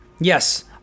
Yes